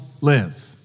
live